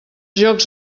jocs